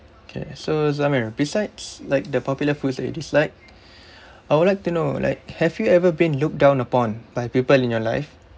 okay so zamir besides like the popular foods that you dislike I would like to know like have you ever been looked down upon by people in your life